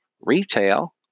retail